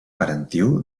parentiu